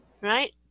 right